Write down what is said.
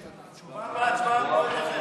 תשובה והצבעה במועד אחר.